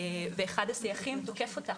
ואחד הסייחים תוקף אותה,